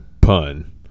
pun